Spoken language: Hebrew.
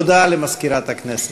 הודעה למזכירת הכנסת.